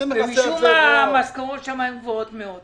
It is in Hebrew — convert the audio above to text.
ומשום מה, המשכורות שם הן גבוהות מאוד.